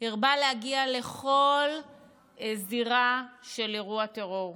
הרבה להגיע לכל זירה של אירוע טרור.